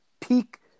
peak